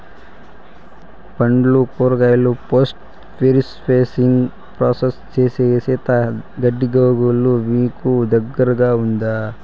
పండ్లు కూరగాయలు post harvesting process సేసేకి శీతల గిడ్డంగులు మీకు దగ్గర్లో ఉందా?